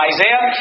Isaiah